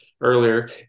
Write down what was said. earlier